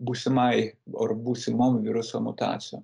būsimai ar būsimom viruso mutacijom